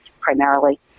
primarily